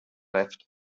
left